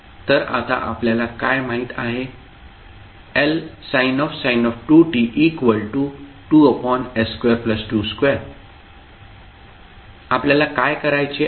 तर आता आपल्याला काय माहित आहे Lsin 2t 2s222 आपल्याला काय करायचे आहे